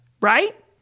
right